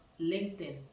LinkedIn